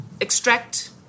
extract